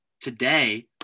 today